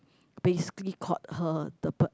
basically caught her the bird